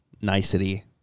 Nicety